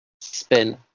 spin